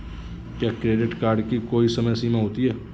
क्या credit card की कोई समय सीमा होती है?